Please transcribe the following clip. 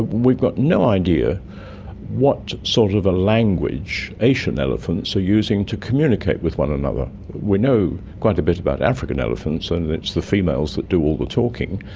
we've got no idea what sort of a language asian elephants are using to communicate with one another. we know quite a bit about african elephants, and it's the females that do all the talking,